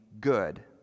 good